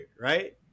Right